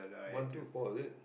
one two four is it